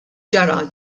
ġara